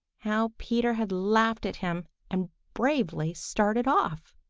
how peter had laughed at him and bravely started off!